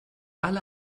alle